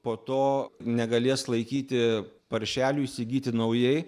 po to negalės laikyti paršelių įsigyt naujai